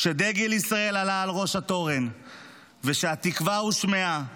כשדגל ישראל עלה לראש התורן וכשהתקווה הושמעה